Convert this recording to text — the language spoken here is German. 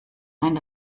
ein